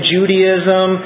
Judaism